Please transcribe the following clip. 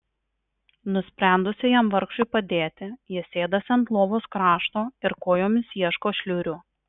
nusprendusi jam vargšui padėti ji sėdasi ant lovos krašto ir kojomis ieško šliurių